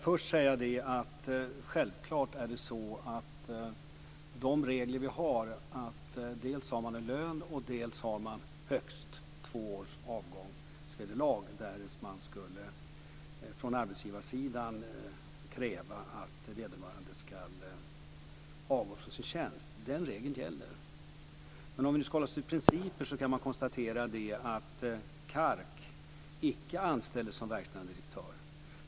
Fru talman! Självklart ska de regler som finns gälla, nämligen dels en lön, dels högst två års avgångsvederlag, därest man från arbetsgivarsidan skulle kräva att vederbörande ska avgå från sin tjänst. Men låt oss nu hålla oss till principer. Kark anställdes inte som verkställande direktör.